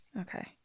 Okay